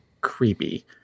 creepy